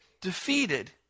defeated